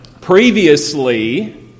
Previously